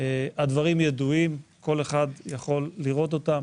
הדברים ידועים, כל אחד יכול לראות אותם.